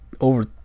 over